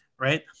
right